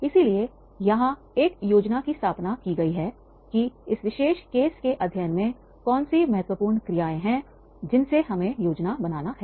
इसलिए यहां एक योजना की स्थापना की गई है कि इस विशेष मामले के केस अध्ययन में कौन सी महत्वपूर्ण क्रियाएं हैं जिनसे हमें योजना बनाना है